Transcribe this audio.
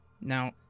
Now